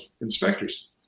inspectors